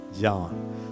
John